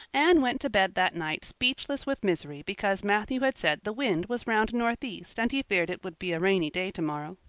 anne went to bed that night speechless with misery because matthew had said the wind was round northeast and he feared it would be a rainy day tomorrow.